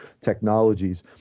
technologies